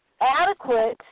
adequate